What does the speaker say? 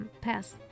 Pass